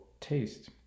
taste